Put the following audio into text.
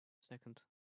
Second